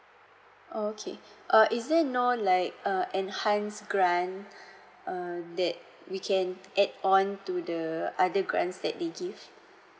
oh okay uh is there you know err like enhanced grant err that we can add on to the other grants that they give